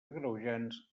agreujants